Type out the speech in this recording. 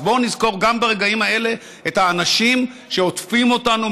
אז בואו נזכור גם ברגעים האלה את האנשים שעוטפים אותנו,